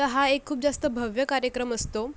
तर हा एक खूप जास्त भव्य कार्यक्रम असतो